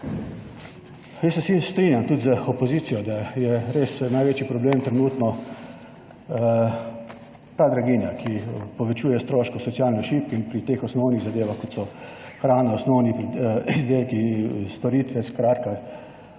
Jaz se vsi strinjam, tudi z opozicijo, da je res največji problem trenutno ta draginja, ki povečuje stroške socialno šibkim pri teh osnovnih zadevah, kot so hrana, osnovni izdelki, storitve, skratka,